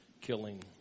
killing